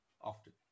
often